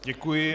Děkuji.